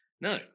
No